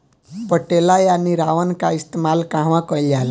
पटेला या निरावन का इस्तेमाल कहवा कइल जाला?